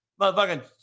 Motherfucking